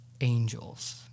Angels